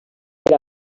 per